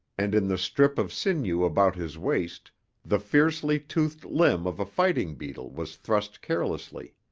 and in the strip of sinew about his waist the fiercely toothed limb of a fighting beetle was thrust carelessly.